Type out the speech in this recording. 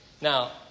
Now